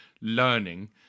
learning